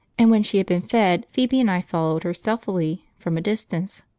and when she had been fed phoebe and i followed her stealthily, from a distance.